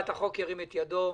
ירים את ידו.